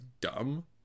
dumb